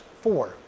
four